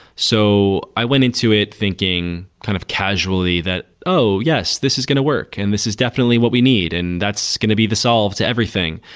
so i went into it thinking kind of casually that, oh, yes. this is going to work and this is definitely what we need and that's going to be the solved to everything.